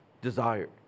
desired